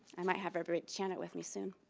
i might have everybody chant it with me soon.